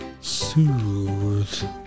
soothe